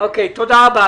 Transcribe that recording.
תודה רבה.